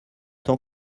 temps